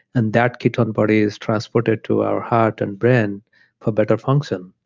and that ketone body is transported to our heart and brain for better function,